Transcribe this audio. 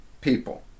People